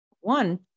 one